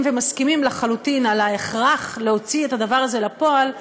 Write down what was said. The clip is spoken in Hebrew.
ומסכימים לחלוטין על ההכרח להוציא את הדבר הזה לפועל,